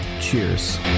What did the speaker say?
cheers